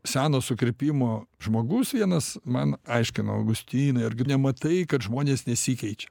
seno sukirpimo žmogus vienas man aiškino augustinai argi nematai kad žmonės nesikeičia